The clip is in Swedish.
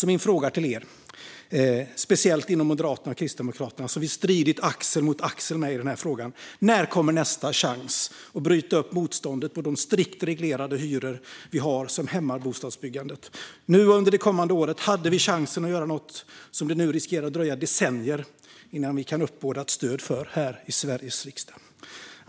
Min fråga till er, speciellt inom Moderaterna och Kristdemokraterna, som vi stridit axel mot axel med i den här frågan, är: När kommer nästa chans att bryta upp motståndet mot de strikt reglerade hyror som vi har och som hämmar bostadsbyggandet? Nu och under det kommande året hade vi chansen att göra något som det nu riskerar att dröja decennier innan vi kan uppbåda ett stöd för här i Sveriges riksdag.